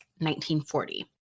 1940